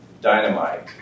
dynamite